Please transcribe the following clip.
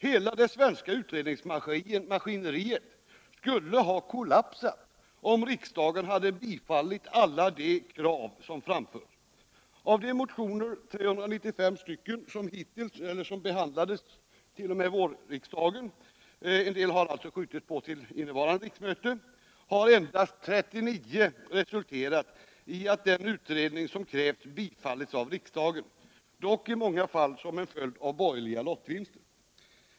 Hela det svenska utredningsmaskineriet skulle ha kollapsat om riksdagen hade bifallit alla de krav som framförts. Av de 395 motioner som behandlades t.o.m. vårriksdagen — en del har alltså uppskjutits till innevarande riksmöte — har endast 39 resulterat i att den utredning som krävts bifallits av riksdagen, dock i många fall som en följd av borgerliga lottvinster.